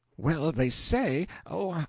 well, they say oh,